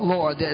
Lord